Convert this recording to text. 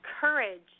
courage